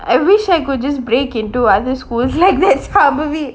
I wish I could just break into other schools like that sambavi